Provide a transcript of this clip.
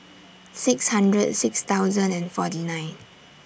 six hundred six thousand and forty nine